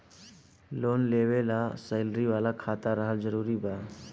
Loan लेवे ला salary वाला खाता रहल जरूरी बा?